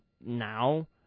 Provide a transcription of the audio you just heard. now